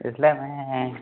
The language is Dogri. इसलै मैं